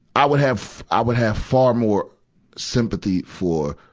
i would have, i would have far more sympathy for,